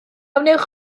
wnewch